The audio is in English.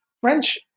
French